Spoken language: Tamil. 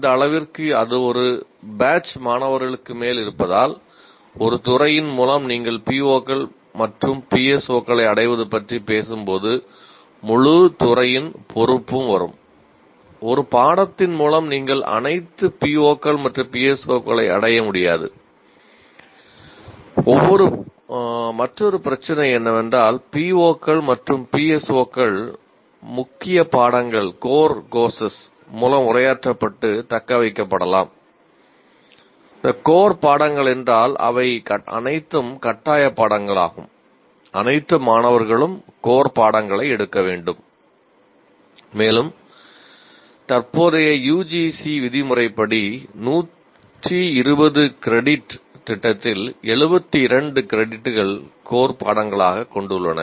அந்த அளவிற்கு அது ஒரு பேட்ச் பாடங்களாகக் கொண்டுள்ளன